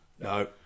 No